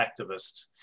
activists